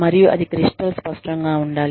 మరియు అది క్రిస్టల్ స్పష్టం గా ఉండాలి